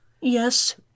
Yes